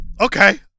okay